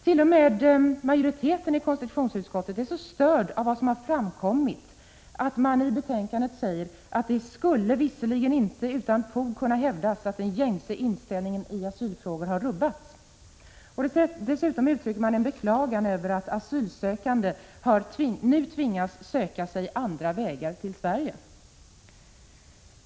T. o. m. majoriteten i konstitutionsutskottet är så störd av vad som har framkommit att man i betänkandet säger: Det skulle visserligen inte utan fog kunna hävdas att den gängse inställningen i asylfrågan har rubbats. Man beklagar sig också över att asylsökande nu tvingas söka andra vägar till Sverige.